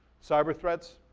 cyber threats,